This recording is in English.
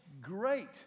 great